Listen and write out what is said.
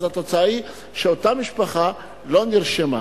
והתוצאה היא שאותה משפחה לא נרשמה.